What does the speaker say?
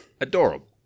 Adorable